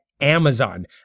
Amazon